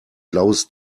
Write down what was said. blaues